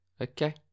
okay